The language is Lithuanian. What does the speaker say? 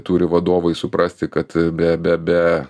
turi vadovai suprasti kad be be be